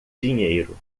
dinheiro